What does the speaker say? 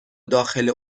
داخل